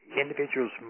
individuals